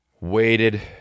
Waited